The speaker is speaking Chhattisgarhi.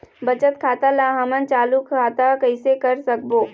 बचत खाता ला हमन चालू खाता कइसे कर सकबो?